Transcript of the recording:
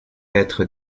être